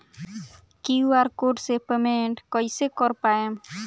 QR code से payment कईसे कर पाएम?